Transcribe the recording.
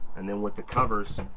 and then with the covers,